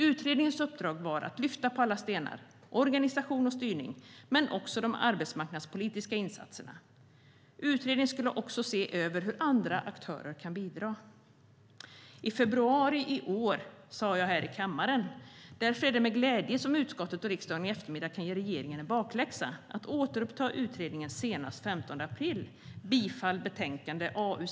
Utredningens uppdrag var att lyfta på alla stenar, organisation och styrning men också de arbetsmarknadspolitiska insatserna. Utredningen skulle också se över hur andra aktörer kan bidra. I februari i år sa jag här i kammaren: "Därför är det med glädje som utskottet och riksdagen i eftermiddag kan ge regeringen en bakläxa: att återuppta utredningen senast den 15 april. Jag yrkar bifall till förslaget i betänkande AU6."